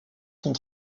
sont